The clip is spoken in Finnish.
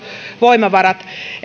voimavaroja